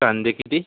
कांदे किती